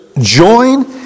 join